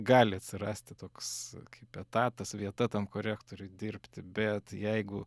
gali atsirasti toks kaip etatas vieta tam korektoriui dirbti bet jeigu